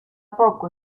poco